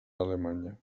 alemanya